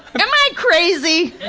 but um i crazy?